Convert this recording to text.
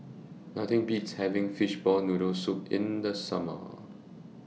Nothing Beats having Fishball Noodle Soup in The Summer